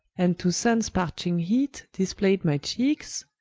and to sunnes parching heat display'd my cheekes,